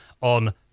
on